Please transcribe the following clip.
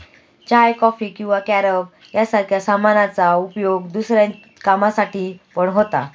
चाय, coffee किंवा carob सारख्या सामानांचा उपयोग दुसऱ्या कामांसाठी पण होता